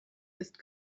ist